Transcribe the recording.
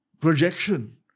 projection